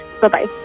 Bye-bye